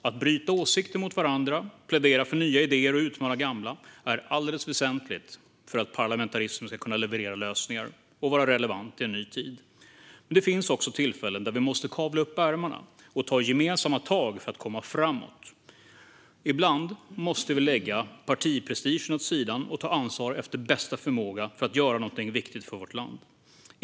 Att bryta åsikter mot varandra och att plädera för nya idéer och utmana gamla är alldeles väsentligt för att parlamentarismen ska kunna leverera lösningar och vara relevant i en ny tid. Det finns också tillfällen då vi måste kavla upp ärmarna och ta gemensamma tag för att komma framåt. Ibland måste vi lägga partiprestigen åt sidan och ta ansvar efter bästa förmåga för att göra någonting viktigt för vårt land.